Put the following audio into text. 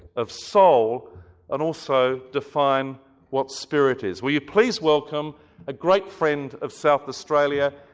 of soul and also define what spirit is? will you please welcome a great friend of south australia,